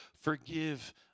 forgive